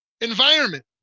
environment